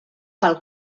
pel